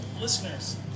listeners